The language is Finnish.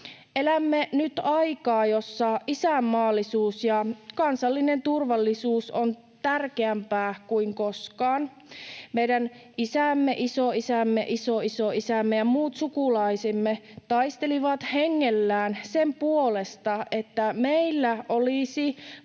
Elämme nyt aikaa, jossa isänmaallisuus ja kansallinen turvallisuus on tärkeämpää kuin koskaan. Meidän isämme, isoisämme, isoisoisämme ja muut sukulaisemme taistelivat hengellään sen puolesta, että meillä olisi